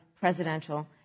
presidential